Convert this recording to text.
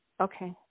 Okay